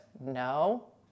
No